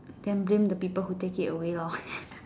then blame the people who take it away loh